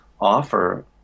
offer